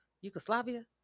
Yugoslavia